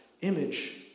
image